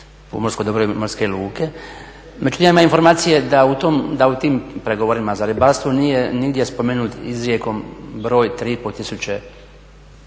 pomorsko dobro i morske luke, međutim ja imam informacije da u tim pregovorima za ribarstvo nije nigdje spomenut izrijekom broj 3,5